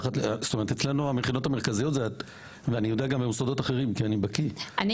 אצלנו המכינות המרכזיות ואני יודע גם במוסדות אחרים כי אני בקיא,